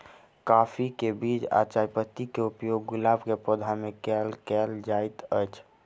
काफी केँ बीज आ चायपत्ती केँ उपयोग गुलाब केँ पौधा मे केल केल जाइत अछि?